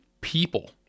people